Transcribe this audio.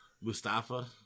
Mustafa